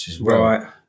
right